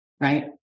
right